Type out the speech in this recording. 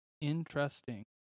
Interesting